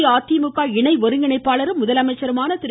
அஇஅதிமுக இணை ஒருங்கிணைப்பாளரும் முதலமைச்சருமான திரு